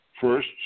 first